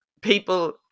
people